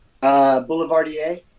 Boulevardier